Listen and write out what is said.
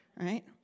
right